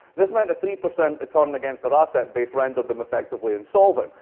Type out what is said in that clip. this meant a three percent return against their asset base, rendered them effectively insolvent.